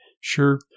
Sure